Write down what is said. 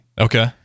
Okay